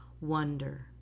Wonder